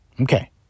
Okay